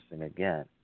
again